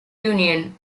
union